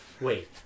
Wait